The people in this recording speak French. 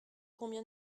combien